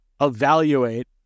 evaluate